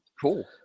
Cool